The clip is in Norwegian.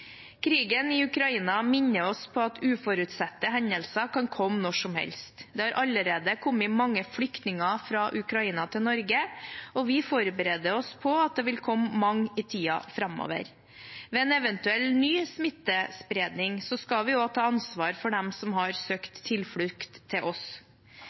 Krigen i Ukraina minner oss på at uforutsette hendelser kan komme når som helst. Det har allerede kommet mange flyktninger fra Ukraina til Norge, og vi forbereder oss på at det vil komme mange i tiden framover. Ved en eventuell ny smittespredning skal vi også ta ansvar for dem som har søkt tilflukt hos oss.